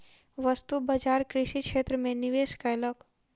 वस्तु बजार कृषि क्षेत्र में निवेश कयलक